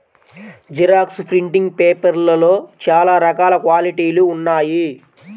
xerox printing పేపర్లలో చాలా రకాల క్వాలిటీలు ఉన్నాయి